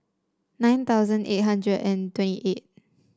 nine thousand eight hundred and twenty eight